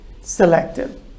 selective